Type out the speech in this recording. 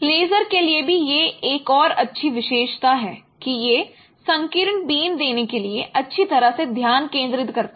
laser के लिए भी यह एक और अच्छी विशेषता है कि यह संकीर्ण बीम देने के लिए अच्छी तरह से ध्यान केंद्रित करता है